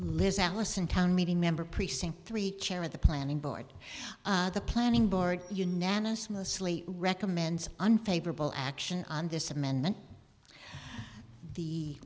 liz alison town meeting member precinct three chair at the planning board the planning board unanimously recommends unfavorable action on this amendment the